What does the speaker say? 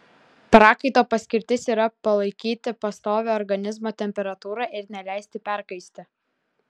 prakaito paskirtis yra palaikyti pastovią organizmo temperatūrą ir neleisti perkaisti